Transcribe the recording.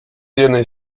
jednej